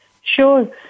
Sure